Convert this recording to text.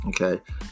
Okay